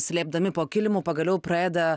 slėpdami po kilimu pagaliau pradeda